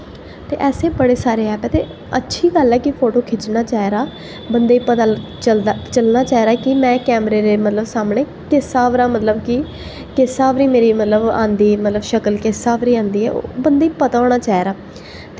ते ऐसे बड़े सारे ऐप ऐ ते अच्छी गल्ल ऐ कि फोटो खिच्चना चाहिदा बंदे ई पता चलदा चलना चाहिदा कि में कैमरे दे मतलब सामने मतलब किस स्हाब दा मतलब कि किस स्हाब दी मेरी मतलब आंदी मतलब शकल किस स्हाब दी आंदी ऐ बंदे ई पता होना चाहिदा